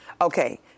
Okay